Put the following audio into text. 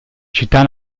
città